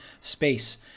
space